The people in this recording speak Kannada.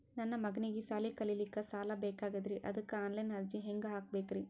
ನನ್ನ ಮಗನಿಗಿ ಸಾಲಿ ಕಲಿಲಕ್ಕ ಸಾಲ ಬೇಕಾಗ್ಯದ್ರಿ ಅದಕ್ಕ ಆನ್ ಲೈನ್ ಅರ್ಜಿ ಹೆಂಗ ಹಾಕಬೇಕ್ರಿ?